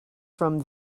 from